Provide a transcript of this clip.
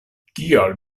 kial